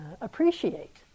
appreciate